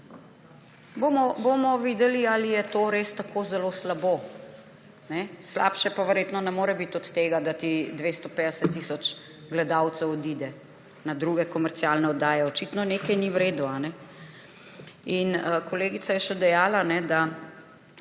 Bomo videli, ali je to res tako zelo slabo. Slabše pa verjetno ne more biti od tega, da ti 250 tisoč gledalcev odide na druge komercialne oddaje. Očitno nekaj ni v redu. Kolegica je še dejala, da